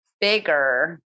bigger